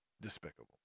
despicable